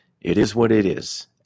it-is-what-it-is